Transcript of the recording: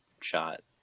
shot